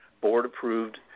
board-approved